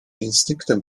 instynktem